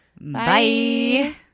Bye